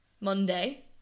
Monday